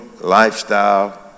lifestyle